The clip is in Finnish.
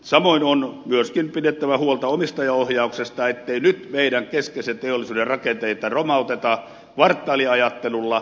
samoin on myöskin pidettävä huolta omistajaohjauksesta ettei nyt meidän keskeisen teollisuuden rakenteita romauteta kvartaaliajattelulla